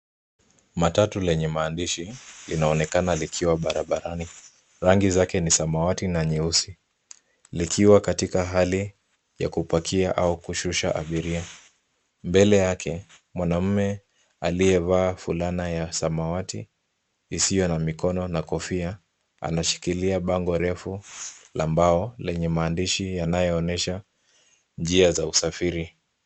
Matatu lenye maandishi, linaonekana likiwa barabarani. Rangi zake ni samawati na nyeusi, likiwa katika hali ya kupakia au kushusha abiria. Mbele yake, mwanamume aliyevaa fulana ya samawati, isiyo na mikono na kofia, anashikilia bango refu, la mbao, lenye maandishi yanayoonyesha njia za usafiri.